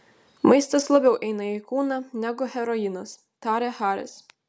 maistas labiau eina į kūną negu heroinas tarė haris